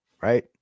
Right